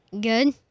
Good